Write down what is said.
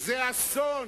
זה אסון,